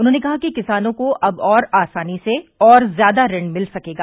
उन्होंने कहा कि किसानों को अब और आसानी से और ज्यादा ऋण मिल सकेगा